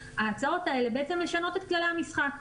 ההצעות האלה בעצם משנות את כללי המשחק,